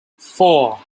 four